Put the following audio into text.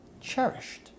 cherished